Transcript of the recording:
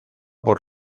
por